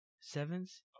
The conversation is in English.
Sevens